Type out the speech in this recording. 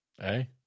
Hey